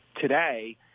today